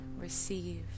receive